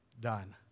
done